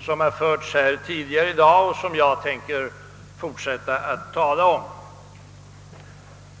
som har förts här tidigare i dag och som jag tänker fortsätta.